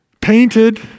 painted